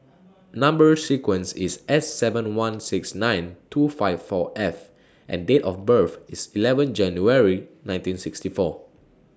Number sequence IS S seven one six nine two five four F and Date of birth IS eleven January nineteen sixty four